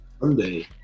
Sunday